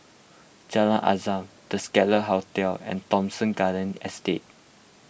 Jalan Azam the Scarlet Hotel and Thomson Garden Estate